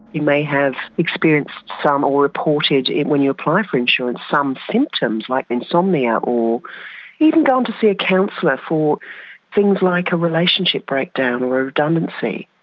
you may have experienced some, or reported when you applied for insurance, some symptoms like insomnia, or even going to see a counsellor for things like a relationship breakdown or a redundancy.